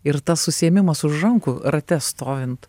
ir tas susiėmimas už rankų rate stovint